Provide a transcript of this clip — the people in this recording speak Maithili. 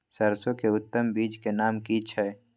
सरसो के उत्तम बीज के नाम की छै?